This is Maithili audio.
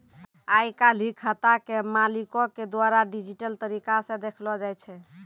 आइ काल्हि खाता के मालिको के द्वारा डिजिटल तरिका से देखलो जाय छै